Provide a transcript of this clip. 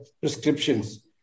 prescriptions